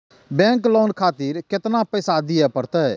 Bank loan खातीर केतना पैसा दीये परतें?